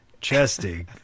chesty